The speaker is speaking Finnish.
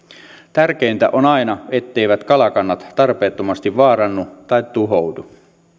tärkeintä on aina etteivät kalakannat tarpeettomasti vaarannu tai tuhoudu